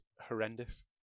horrendous